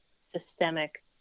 systemic